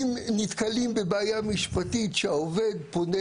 אם נתקלים בבעיה משפטית שהעובד פונה